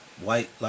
white